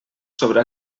sobre